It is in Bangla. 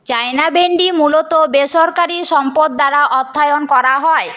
চায়না ব্যান্ডি মূলত বেসরকারি সম্পদ দ্বারা অর্থায়ন করা হয়